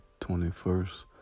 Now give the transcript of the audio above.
21st